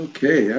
Okay